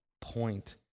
point